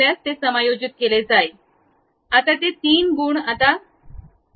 आता ते तीन गुण आता तीन गुण राहिले नाहीत